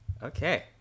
Okay